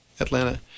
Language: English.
Atlanta